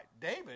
David